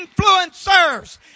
influencers